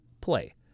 play